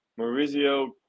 Maurizio